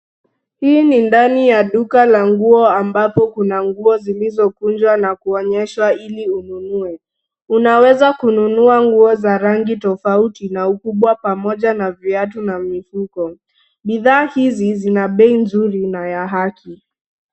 Hii ni ndani ya duka la nguo ambapo kuna nguo zilizokunjwa na kuonyeshwa ili ununue. Unaw eza kununua nguo za rangi tofauti na ukubwa pamoja na viatu na mifuko. Bidhaa hizi zina bei nzuri na ya haki.